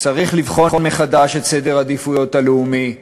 צריך לבחון מחדש את סדר העדיפויות הלאומי,